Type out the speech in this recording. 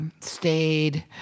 stayed